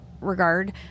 regard